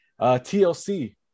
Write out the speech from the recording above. TLC